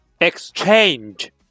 exchange